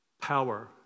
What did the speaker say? power